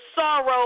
sorrow